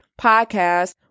podcast